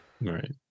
right